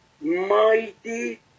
mighty